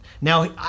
Now